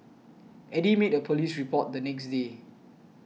Eddy made a police report the next day